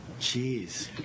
Jeez